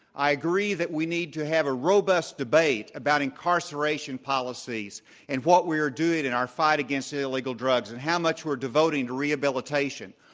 i agree that we need to have a robust debate about incarceration policies and what we are doing in our fight against illegal drugs and how much we're devoting to rehabilitation.